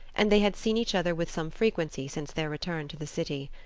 and they had seen each other with some frequency since their return to the city.